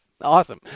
Awesome